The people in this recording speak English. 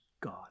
God